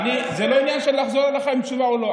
זה לא עניין של לחזור אליך עם תשובה או לא.